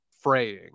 fraying